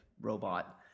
Robot